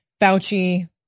Fauci